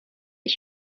ich